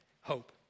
hope